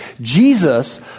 Jesus